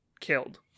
killed